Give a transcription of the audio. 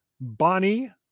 Bonnie